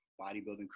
bodybuilding